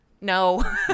No